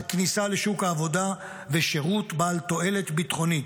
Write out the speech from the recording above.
כניסה לשוק העבודה ושירות בעל תועלת ביטחונית.